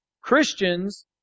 Christians